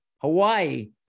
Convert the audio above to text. Hawaii